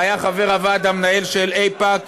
שהיה חבר הוועד המנהל של איפא"ק